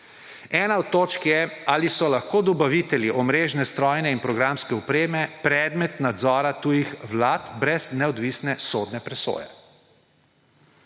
Ena od točk je, ali so lahko dobavitelji omrežne, strojne in programske opreme predmet nadzora tujih vlad brez neodvisne sodne presoje.